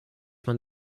man